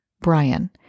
Brian